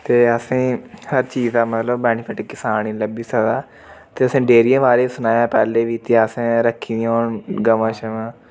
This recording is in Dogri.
ते असेंगी हर चीज़ दा मतलब बेनिफिट किसान गी लब्भी सकदा ते असेंं डेरिया बारे च सनाया ते असें पैह्ले बी ते असें रक्खी दियां हियां गवां शवां